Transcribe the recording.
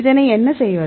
இதனை என்ன செய்வது